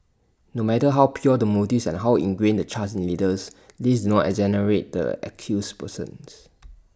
no matter how pure the motives and how ingrained the trust in leaders these do not exonerate the accused persons